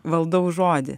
valdau žodį